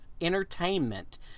entertainment